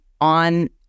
on